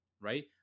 right